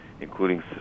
including